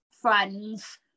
friends